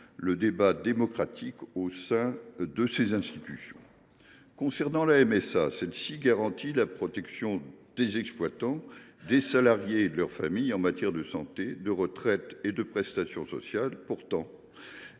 le débat démocratique au sein de ces institutions. La MSA, elle, garantit la protection des exploitants, des salariés et de leurs familles en matière de santé, de retraite et de prestations sociales. Pourtant,